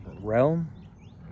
realm